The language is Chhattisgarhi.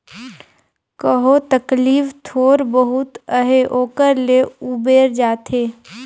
कहो तकलीफ थोर बहुत अहे ओकर ले उबेर जाथे